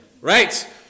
Right